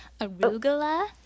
arugula